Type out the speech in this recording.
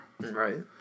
Right